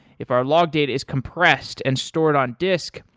if our log data is compressed and stored on disk,